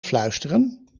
fluisteren